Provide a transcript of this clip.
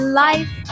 life